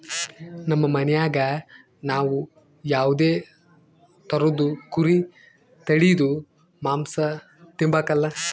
ನಮ್ ಮನ್ಯಾಗ ನಾವ್ ಯಾವ್ದೇ ತರುದ್ ಕುರಿ ತಳೀದು ಮಾಂಸ ತಿಂಬಕಲ